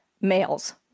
males